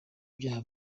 ibyaha